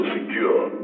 secure